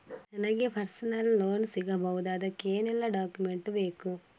ನನಗೆ personal loan ಸಿಗಬಹುದ ಅದಕ್ಕೆ ಏನೆಲ್ಲ ಡಾಕ್ಯುಮೆಂಟ್ ಬೇಕು?